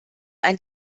ein